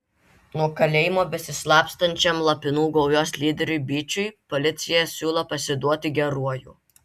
nuo kalėjimo besislapstančiam lapinų gaujos lyderiui byčiui policija siūlo pasiduoti geruoju